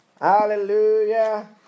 Hallelujah